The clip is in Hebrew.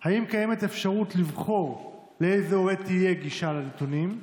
3. האם קיימת אפשרות לבחור לאיזה הורה תהיה גישה לנתונים?